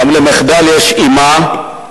גם למחדל יש אמא,